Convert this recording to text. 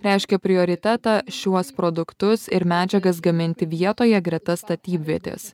reiškia prioritetą šiuos produktus ir medžiagas gaminti vietoje greta statybvietės